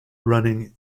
running